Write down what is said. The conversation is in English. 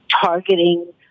Targeting